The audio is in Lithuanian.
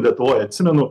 lietuvoj atsimenu